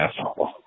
asshole